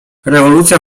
rewolucja